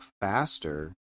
faster